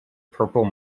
purple